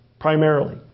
Primarily